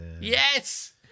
Yes